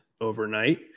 overnight